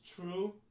true